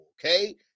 okay